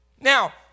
Now